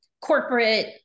corporate